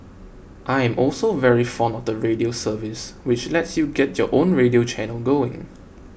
I am also very fond of the Radio service which lets you get your own radio channel going